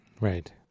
Right